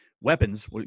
weapons